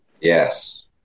yes